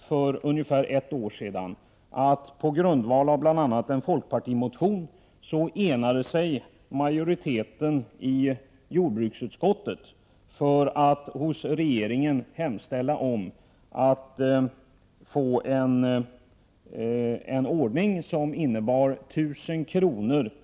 För ungefär ett år sedan hemställde en majoritet i jordbruksutskottet, bl.a. på grundval av en folkpartimotion, att regeringen skulle bevilja 1 000 kr.